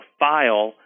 file